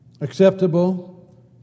acceptable